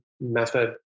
method